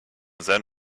then